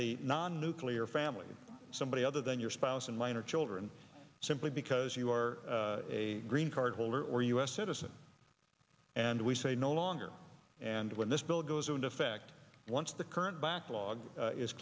the non nuclear family somebody other than your spouse and minor children simply because you are a green card holder or u s citizen and we say no longer and when this bill goes into effect once the current backlog